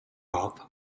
off